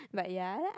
like ya